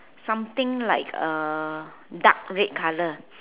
something like uh dark red color